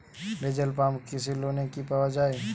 Diesel pump কৃষি লোনে কি পাওয়া য়ায়?